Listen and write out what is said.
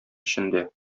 эчендә